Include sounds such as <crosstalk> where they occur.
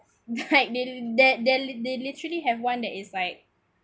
like <laughs> they that they lit~ literally have one that is like